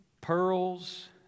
Pearls